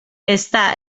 està